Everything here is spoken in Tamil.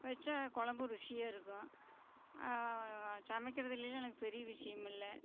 வெச்ச குழம்பு ருசியாக இருக்கும் சமைக்கிறதுலையெல்லாம் எனக்கு பெரிய விஷியமில்லை